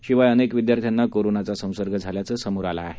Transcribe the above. शिवाय अनेक विद्यार्थ्यांना कोरोनाचा संसर्ग झाल्याचं समोर आलं आहे